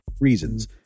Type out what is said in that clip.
reasons